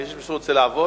מישהו שרוצה לעבוד?